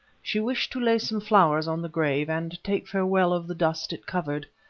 she wished to lay some flowers on the grave and take farewell of the dust it covered,